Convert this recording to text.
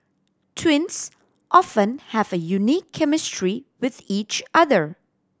twins often have a unique chemistry with each other